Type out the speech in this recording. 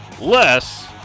less